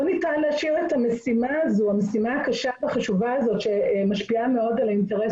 לא ניתן להשאיר את המשימה הקשה והחשובה הזאת שמשפיעה מאוד על האינטרס